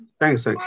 thanks